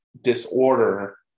disorder